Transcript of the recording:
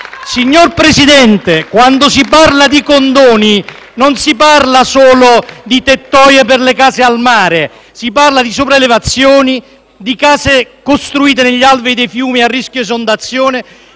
Signor Presidente, quando si parla di condoni, non si parla solo di tettoie per le case al mare ma di sopraelevazioni, di case costruite negli alvei dei fiumi a rischio di esondazione